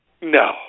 No